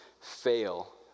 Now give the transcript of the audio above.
fail